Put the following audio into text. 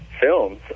films